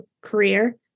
career